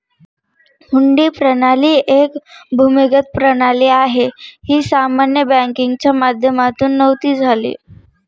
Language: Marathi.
हुंडी प्रणाली एक भूमिगत प्रणाली आहे, ही सामान्य बँकिंगच्या माध्यमातून नव्हती झाली